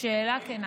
שאלה כנה.